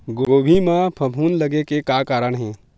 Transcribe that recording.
गोभी म फफूंद लगे के का कारण हे?